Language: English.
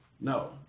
No